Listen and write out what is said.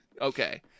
Okay